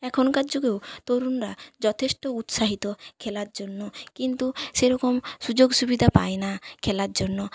এখনকার যুগেও তরুণরা যথেষ্ট উৎসাহিত খেলার জন্য কিন্তু সেরকম সুযোগ সুবিধা পায় না খেলার জন্য